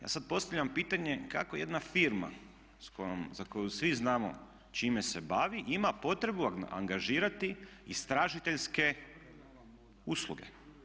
Ja sad postavljam pitanje kako jedna firma za koju svi znamo čime se bavi ima potrebu angažirati istražiteljske usluge?